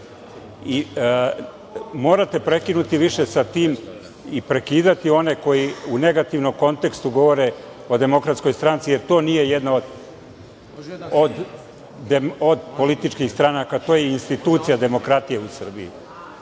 Morate prekinuti više sa tim i prekidati one koji u negativnom kontekstu govore o DS, jer to nije jedna od političkih stranaka, to je institucija demokratije u Srbiji. Prema